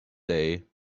day